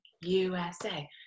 USA